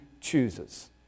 chooses